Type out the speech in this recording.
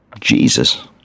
Jesus